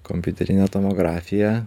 kompiuterinė tomografija